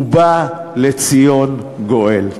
ובא לציון גואל.